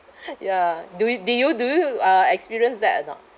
ya do y~ do you do you uh experience that or not